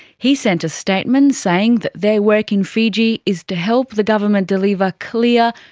he sent a statement saying that their work in fiji is to help the government deliver clear,